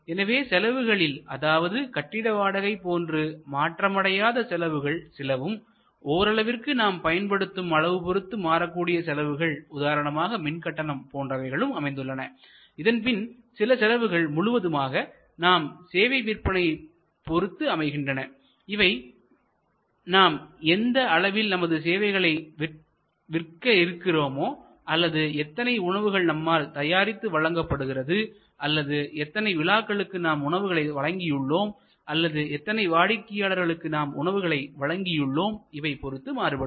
எனவே செலவுகளில் அதாவது கட்டிட வாடகை போன்று மாற்றமடையாத செலவுகள் சிலவும் ஓரளவிற்கு நாம் பயன்படுத்தும் அளவு பொறுத்து மாறக்கூடிய செலவுகள் உதாரணமாக மின் கட்டணம் போன்றவைகளும் அமைந்துள்ளன இதன்பின் சில செலவுகள் முழுவதுமாக நாம் சேவை விற்பனையை பொறுத்து அமைகின்றன இவை நாம் எந்த அளவில் நமது சேவைகளை விற்று இருக்கிறோமோ அல்லது எத்தனை உணவுகள் நம்மால் தயாரித்து வழங்கப்படுகிறது அல்லது எத்தனை விழாக்களுக்கு நாம் உணவுகளை வழங்கியுள்ளோம் அல்லது எத்தனை வாடிக்கையாளர்களுக்கு நாம் உணவுகளை வழங்கியுள்ளோம் இவை பொறுத்து மாறுபடும்